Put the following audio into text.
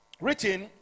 written